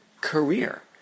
career